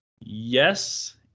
Yes